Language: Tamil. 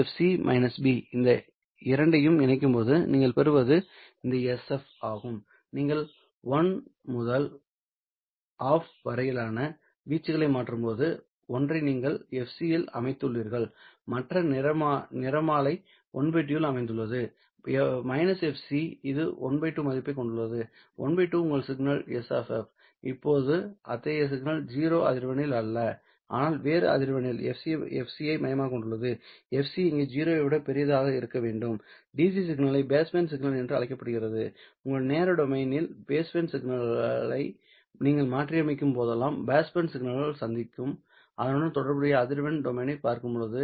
-Fc b இந்த இரண்டையும் இணைக்கும்போது நீங்கள் பெறுவது இந்த S ஆகும் நீங்கள் 1 முதல் ½ வரையிலான வீச்சுகளை மாற்றும்போது ஒன்றை நீங்கள் fc இல் அமைத்துள்ளீர்கள் மற்ற நிறமாலை ½ இல் அமைந்துள்ளது fc இது ஒரு ½ மதிப்பைக் கொண்டுள்ளது ½ இது உங்கள் சிக்னல் S இப்போது அத்தகைய சிக்னல் 0 அதிர்வெண்ணில் அல்ல ஆனால் வேறு அதிர்வெண் fc ஐ மையமாகக் கொண்டுள்ளது fc இங்கே 0 ஐ விட மிகப் பெரியதாக இருக்க வேண்டும் DC சிக்னலை பாஸ் பேண்ட் சிக்னல் என்று அழைக்கப்படுகிறது உங்கள் நேர டொமைன் இல் பேஸ் பேண்ட் சிக்னலை நீங்கள் மாற்றியமைக்கும் போதெல்லாம் பாஸ் பேண்ட் சிக்னல்கள் சந்திக்கும் அதனுடன் தொடர்புடைய அதிர்வெண் டொமைனைப் பார்க்கும்போது